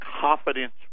confidence